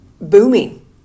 booming